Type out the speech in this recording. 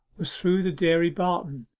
was through the dairy-barton,